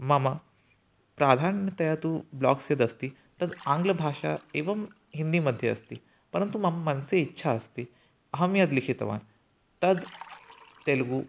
मम प्राधान्यतया तु ब्लाग्स् यदस्ति तद् आङ्ग्लभाषायाम् एवं हिन्दी मध्ये अस्ति परन्तु मम् मनसि इच्छा अस्ति अहं यद् लिखितवान् तद् तेलुगु